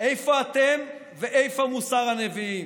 איפה אתם ואיפה מוסר הנביאים?